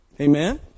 Amen